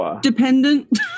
dependent